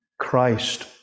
Christ